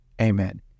Amen